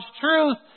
truth